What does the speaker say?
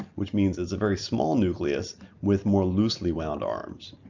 which means it's a very small nucleus with more loosely wound arms.